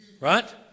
Right